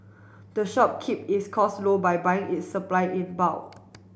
the shop keep its cost low by buying its supply in bulk